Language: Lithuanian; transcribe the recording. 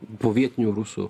buvo vietinių rusų